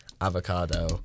avocado